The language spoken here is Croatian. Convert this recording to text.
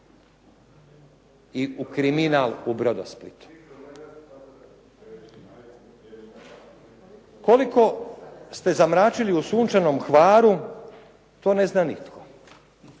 i u kriminal u Brodosplitu. Koliko ste zamračili u Sunčanom Hvaru to ne zna nitko.